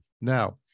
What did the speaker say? Now